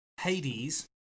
Hades